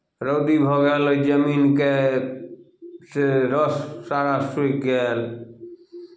रौदी भऽ गेल ओहि जमीनके से रस सारा सूखि गेल